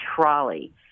trolley